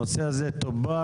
הנושא הזה טופל.